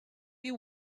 you